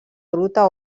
gruta